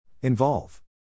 Involve